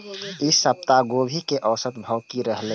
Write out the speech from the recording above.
ई सप्ताह गोभी के औसत भाव की रहले?